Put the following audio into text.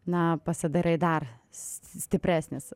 na pasidarai dar stipresnis